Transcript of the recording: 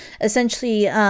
essentially